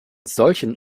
solchen